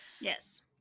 Yes